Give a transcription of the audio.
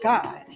God